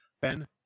Ben